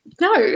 No